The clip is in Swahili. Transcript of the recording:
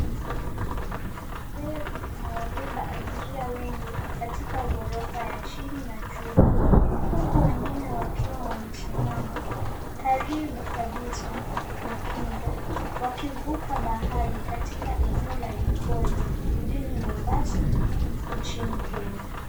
Feri imewabeba abiria wengi katika ghorofa ya chini na juu, huku wengine wakiwa wamesimama karibu kabisa na kingo wakivuka bahari katika eneo la Likoni jijini Mombasa nchini Kenya.